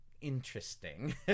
interesting